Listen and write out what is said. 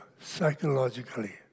psychologically